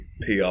PR